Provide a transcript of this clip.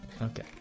Okay